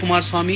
Kumaraswamy